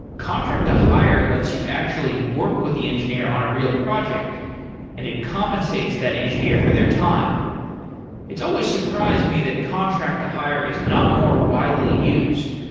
contract-to-hire lets you actually work with the engineer on a real project and it compensates that engineer for their time it's always surprised me that contract-to-hire is not more widely used.